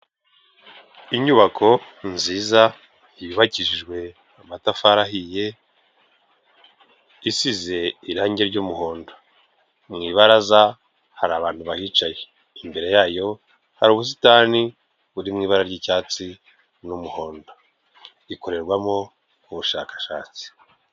Inyubako nziza yubakishijwe amatafari ahiye, isize irangi ry'umuhondo, mu ibaraza hari abantu bahicaye, imbere yayo hari ubusitani buri mu ibara ry'icyatsi n'umuhondo, ikorerwamo ubushakashatsi.